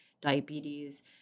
diabetes